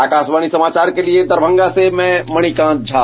आकाशवाणी समाचार के लिये दरभंगा से मणिकांत झा